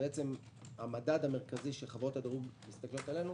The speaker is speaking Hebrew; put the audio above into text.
המדד המרכזי שחברות הדירוג מסתכלות עלינו,